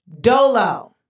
dolo